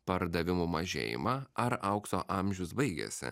pardavimų mažėjimą ar aukso amžius baigėsi